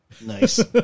Nice